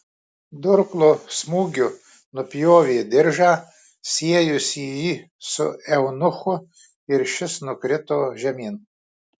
durklo smūgiu nupjovė diržą siejusį jį su eunuchu ir šis nukrito žemyn